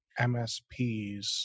MSPs